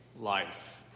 Life